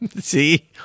See